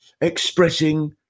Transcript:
expressing